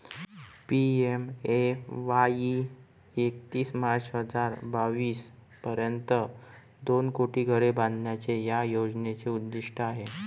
PMAY एकतीस March हजार बावीस पर्यंत दोन कोटी घरे बांधण्याचे या योजनेचे उद्दिष्ट आहे